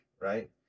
right